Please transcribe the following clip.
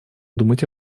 думать